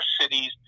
cities